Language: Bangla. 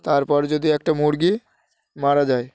তারপর যদি একটা মুরগি মারা যায়